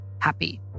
happy